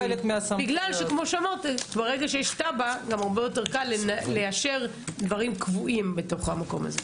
ברגע שיש תב"ע גם הרבה יותר קל לאשר דברים קבועים בתוך המקום הזה.